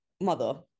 mother